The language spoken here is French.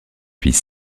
fils